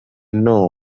know